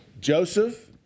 Joseph